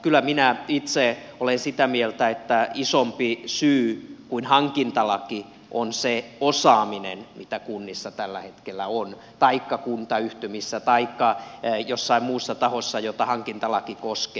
kyllä minä itse olen sitä mieltä että isompi syy kuin hankintalaki on se osaaminen mitä tällä hetkellä on kunnissa taikka kuntayhtymissä taikka jossain muussa tahossa jota hankintalaki koskee